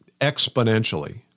Exponentially